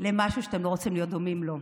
למשהו שאתם לא רוצים להיות דומים לו.